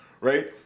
Right